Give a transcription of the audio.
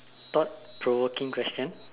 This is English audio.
thought provoking question